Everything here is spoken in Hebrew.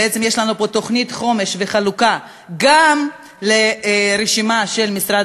ויש לנו כאן תוכנית וחלוקה גם לרשימה של משרד